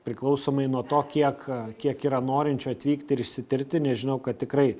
priklausomai nuo to kiek kiek yra norinčių atvykti ir išsitirti nes žinau kad tikrai